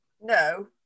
No